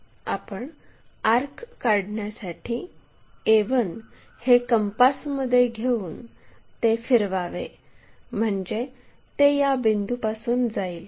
आपण आर्क काढण्यासाठी a1 हे कंपासमध्ये घेऊन ते फिरवावे म्हणजे ते या बिंदूपासून जाईल